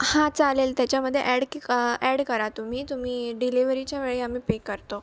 हां चालेल त्याच्यामध्ये ॲड की ॲड करा तुम्ही तुम्ही डिलीवरीच्या वेळी आम्ही पे करतो